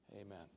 Amen